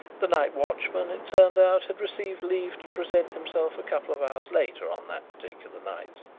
the night watchman, it turned out, had received leave to present himself a couple of hours later on that particular night,